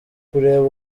kureba